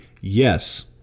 Yes